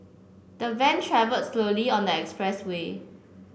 the van travelled slowly on the expressway